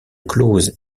clause